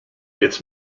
its